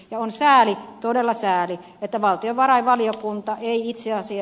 ja on sääli todella sääli että valtiovarainvaliokunta ei itseäsi